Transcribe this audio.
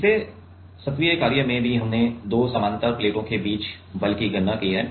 पिछले सत्रीय कार्य में भी हमने दो समानांतर प्लेटों के बीच बल की गणना की है